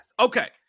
okay